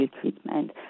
treatment